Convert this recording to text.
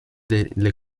delle